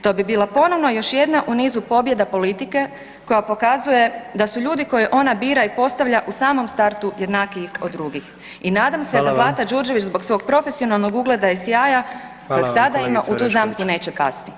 To bi bila ponovno još jedna u nizu pobjeda politika koja pokazuje da su ljudi koje ona bira i postavlja u samom startu jednakijih od drugih i nadam se da Zlata Đurđević [[Upadica predsjednik: Hvala vam.]] zbog svog profesionalnog ugleda i sjaja kojeg sada ima [[Upadica predsjednik: Hvala vam, kolegice Orešković.]] u tu zamku neće pasti.